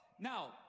Now